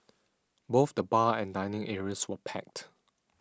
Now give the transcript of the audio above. both the bar and dining areas were packed